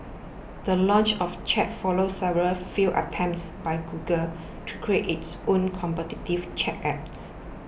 the launch of Chat follows several failed attempts by Google to create its own competitive chat app